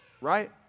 right